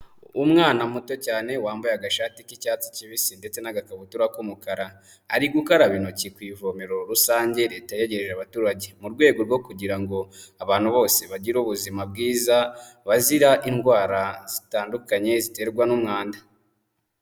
Umwana muto cyane wambaye agashati k'icyatsi kibisi ndetse n'agakabutura k'umukara, ari gukaraba intoki ku ivomero rusange leta yegereje abaturage, mu rwego rwo kugira ngo abantu bose bagire ubuzima bwiza bazira indwara zitandukanye ziterwa n'umwanda.